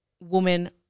woman